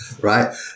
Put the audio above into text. Right